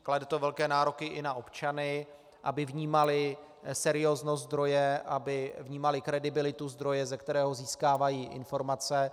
Klade to velké nároky i na občany, aby vnímali serióznost zdroje, aby vnímali kredibilitu zdroje, ze kterého získávají informace.